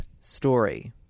story